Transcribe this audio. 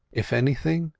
if anything,